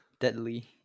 deadly